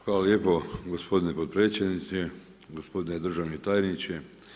Hvala lijepo gospodine potpredsjedniče, gospodine državni tajniče.